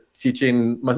teaching